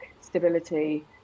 stability